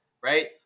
right